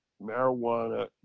marijuana